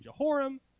Jehoram